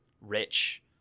rich